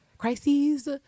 crises